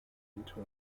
into